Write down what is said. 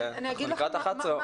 אנחנו לקראת 11:00,